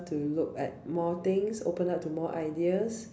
to look at more things opened up to more ideas